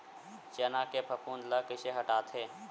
चना के फफूंद ल कइसे हटाथे?